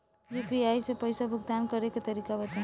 UPI से पईसा भुगतान करे के तरीका बताई?